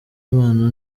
imana